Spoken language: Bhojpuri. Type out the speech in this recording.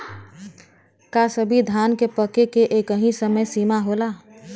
का सभी धान के पके के एकही समय सीमा होला?